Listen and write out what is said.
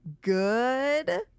good